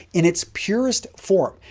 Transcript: in its purest form,